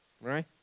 right